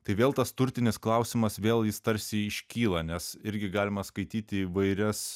tai vėl tas turtinis klausimas vėl jis tarsi iškyla nes irgi galima skaityti įvairias